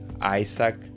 isaac